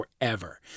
forever